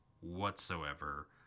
whatsoever